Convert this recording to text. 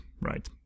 right